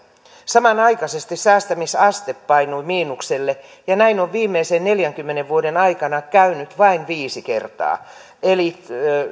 samanaikaisesti säästämisaste painui miinukselle ja näin on viimeisen neljänkymmenen vuoden aikana käynyt vain viisi kertaa eli